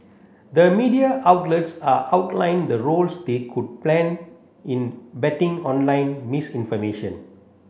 the media outlets are outlined the roles they could plan in betting online misinformation